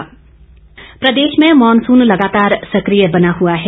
मौसम प्रदेश में मॉनसून लगातार सक्रिय बना हुआ है